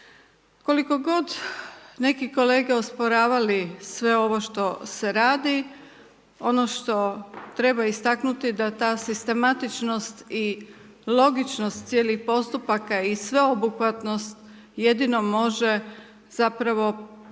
Koliko god, neki kolege osporavali, sve ono što se radi, ono što treba istaknuti, da ta sistematičnost i logičnost cijelih postupaka i sveobuhvatnost, jedino može zapravo donijeti